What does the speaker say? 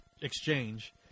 exchange